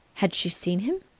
had she seen him?